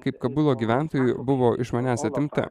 kaip kabulo gyventojui buvo iš manęs atimta